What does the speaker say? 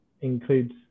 includes